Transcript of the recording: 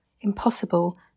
impossible